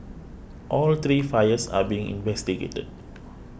all three fires are being investigated